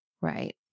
right